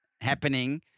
happening